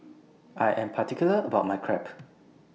I Am particular about My Crepe